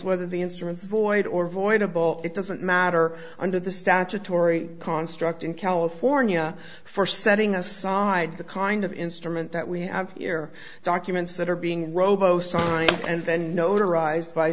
whether the instruments void or voidable it doesn't matter under the statutory construct in california for setting aside the kind of instrument that we have here documents that are being robo signing and then